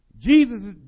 Jesus